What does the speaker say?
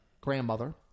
grandmother